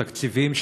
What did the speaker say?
התקציביים,